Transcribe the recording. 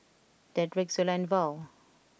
Dedrick Zula and Val